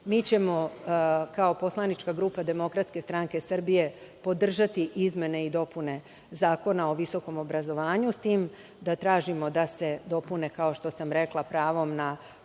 mi ćemo kao poslanička grupa DSS podržati izmene i dopune Zakona o visokom obrazovanju, s tim da tražimo da se dopune, kao što sam rekla, pravom na